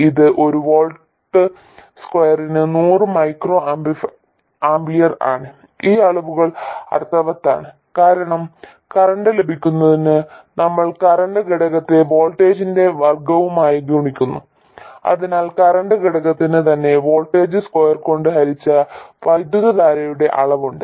ഇത് ഒരു വോൾട്ട് സ്ക്വയറിന് നൂറ് മൈക്രോആമ്പിയർ ആണ് ഈ അളവുകൾ അർത്ഥവത്താണ് കാരണം കറന്റ് ലഭിക്കുന്നതിന് നമ്മൾ കറന്റ് ഘടകത്തെ വോൾട്ടേജിന്റെ വർഗ്ഗവുമായി ഗുണിക്കുന്നു അതിനാൽ കറന്റ് ഘടകത്തിന് തന്നെ വോൾട്ട് സ്ക്വയർ കൊണ്ട് ഹരിച്ച വൈദ്യുതധാരയുടെ അളവുണ്ട്